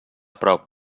prop